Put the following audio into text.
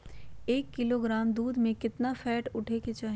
एक किलोग्राम दूध में केतना फैट उठे के चाही?